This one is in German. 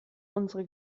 unsere